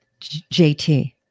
JT